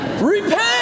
Repent